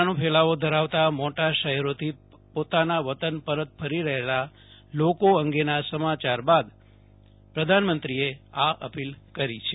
કોરોનાનો ફેલાવો ધરાવતા મોટા શહેરોથી પોતાના વતન પરત ફરી રહેલા લોકો અંગેના સમાચાર બાદ પ્રધાનમંત્રીએ આ અપીલ કરી છે